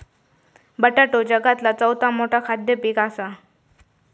बटाटो जगातला चौथा मोठा खाद्य पीक असा